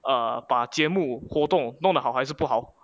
err 把节目活动弄得好还是不好